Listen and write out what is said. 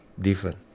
different